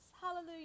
Hallelujah